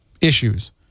issues